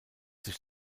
sich